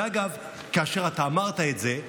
ואגב, כאשר אמרת את זה,